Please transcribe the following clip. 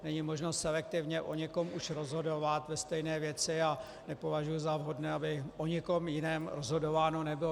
Není možno selektivně o někom už rozhodovat ve stejné věci a nepovažuji za vhodné, aby o někom jiném rozhodováno nebylo.